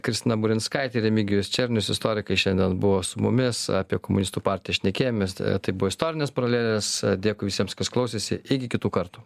kristina burinskaitė remigijus černius istorikai šiandien buvo su mumis apie komunistų partiją šnekėjomės ta tai buvo istorinės paralelės dėkui visiems kas klausėsi iki kitų kartų